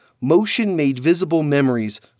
motion-made-visible-memories